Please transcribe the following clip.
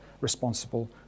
responsible